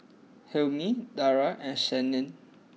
Hilmi Dara and Senin